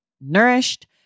nourished